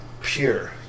pure